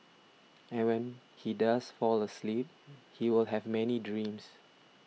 and when he does fall asleep he will have many dreams